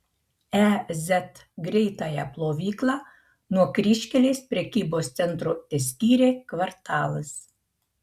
e z greitąją plovyklą nuo kryžkelės prekybos centro teskyrė kvartalas